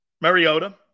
Mariota